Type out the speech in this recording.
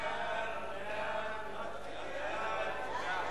ההצעה להעביר את הצעת